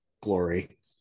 glory